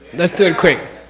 let's do it quick.